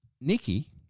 Nikki